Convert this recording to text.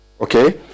Okay